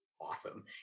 awesome